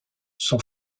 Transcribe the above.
son